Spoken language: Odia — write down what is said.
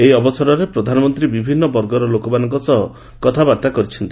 ଏହି ଅବସରରେ ପ୍ରଧାନମନ୍ତ୍ରୀ ବିଭିନ୍ନ ବର୍ଗର ଲୋକମାନଙ୍କ ସହ କଥାବାର୍ତ୍ତା କରିଛନ୍ତି